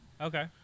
Okay